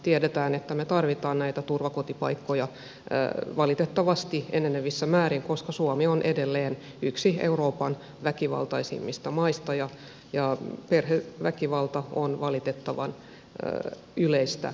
tiedetään että me tarvitsemme näitä turvakotipaikkoja valitettavasti enenevissä määrin koska suomi on edelleen yksi euroopan väkivaltaisimmista maista ja perheväkivalta on valitettavan yleistä meillä